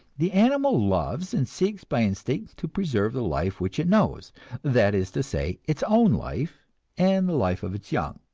the animal loves and seeks by instinct to preserve the life which it knows that is to say, its own life and the life of its young.